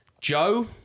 Joe